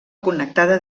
connectada